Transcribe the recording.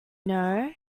know